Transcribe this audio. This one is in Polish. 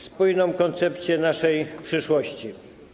Spójną koncepcję naszej przyszłości.